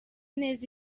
neza